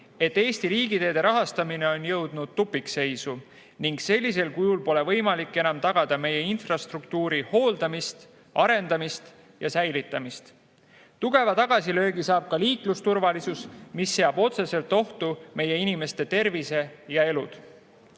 Eesti riigiteede rahastamine on jõudnud tupikseisu ning sellisel kujul pole võimalik enam tagada meie infrastruktuuri hooldamist, arendamist ja säilitamist. Tugeva tagasilöögi saab ka liiklusturvalisus, mis seab otseselt ohtu meie inimeste tervise ja